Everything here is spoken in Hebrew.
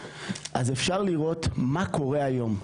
אפשר לראות מה קורה היום.